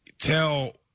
tell